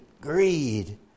Greed